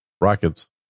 rockets